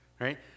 Right